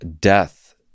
death